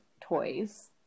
toys